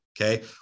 okay